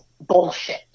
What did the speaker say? bullshit